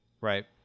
right